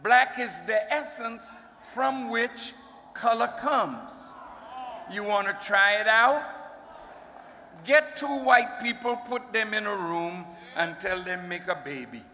black is the essence from which color comes you want to try it out get two white people put them in a room and tell them make a baby